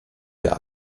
der